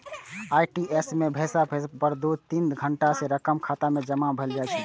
RTGS सं पैसा भेजला पर दू सं तीन घंटा मे रकम खाता मे जमा भए जाइ छै